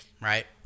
right